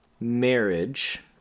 marriage